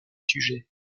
sujet